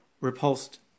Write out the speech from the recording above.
repulsed